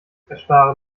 erspare